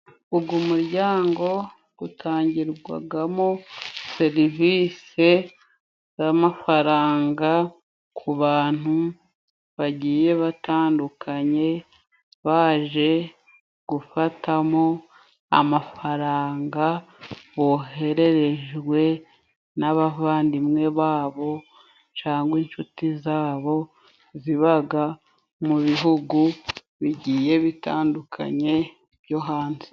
Uyu muryango utangirwamo serivisi z'amafaranga, ku bantu bagiye batandukanye. Baje gufatamo amafaranga bohererejwe n'abavandimwe babo, cyangwa inshuti zabo, ziba mu bihugu bigiye bitandukanye byo hanze.